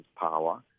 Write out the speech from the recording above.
power